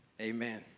Amen